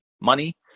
money